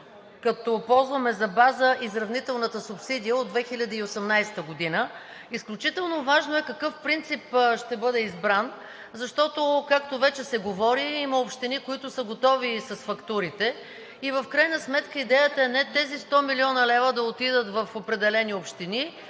като ползваме за база изравнителната субсидия от 2018 г. Изключително важно е какъв принцип ще бъде избран, защото, както вече се говори, има общини, които вече са готови с фактурите и в крайна сметка, идеята е, не тези 100 млн. лв. да отидат в определени общини,